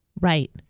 Right